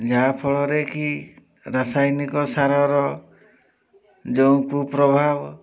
ଯାହାଫଳରେ କି ରାସାୟନିକ ସାରର ଯେଉଁ କୁପ୍ରଭାବ